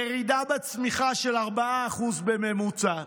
ירידה בצמיחה של 4% בממוצע,